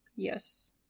Yes